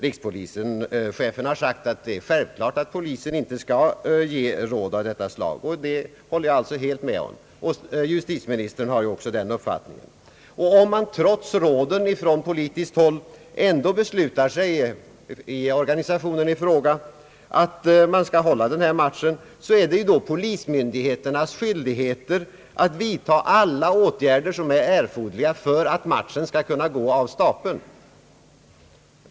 Rikspolischefen har sagt att det är självklart att polisen inte kan ge råd av detta slag, och det håller jag alltså helt med om. Den uppfattningen har ju också justitieministern. Om man inom organisationen i fråga trots rådet från politiskt håll ändå beslutar sig för att hålla matchen, är det ju polismyndigheternas skyldigheter att vidta alla åtgärder som är erforderliga för att matchen skall kunna äga rum.